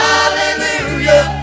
Hallelujah